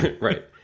right